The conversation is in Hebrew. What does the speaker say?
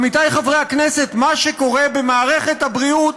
עמיתיי חברי הכנסת, מה שקורה במערכת הבריאות